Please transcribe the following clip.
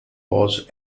was